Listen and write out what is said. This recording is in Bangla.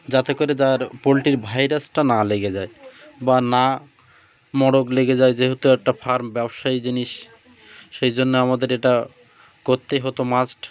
যাতে করে তার পোলট্রির ভাইরাসটা না লেগে যায় বা না মড়ক লেগে যায় যেহেতু একটা ফার্ম ব্যবসায়ী জিনিস সেই জন্য আমাদের এটা করতে হতো মাস্ট